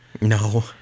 no